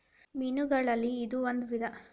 ಮೇನುಗಳಲ್ಲಿ ಇದು ಒಂದ ವಿಧಾ